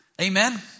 Amen